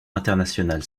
internationale